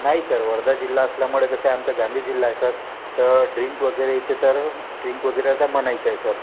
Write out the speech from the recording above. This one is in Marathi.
नाही सर वर्धा जिल्हा असल्यामुळे कसं आहे आमचं गांधी जिल्हा आहे सर तर ड्रिंक वगैरे इथे तर ड्रिंक वगैरे तर मनाईच आहे सर